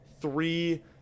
three